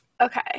Okay